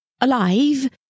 alive